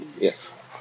Yes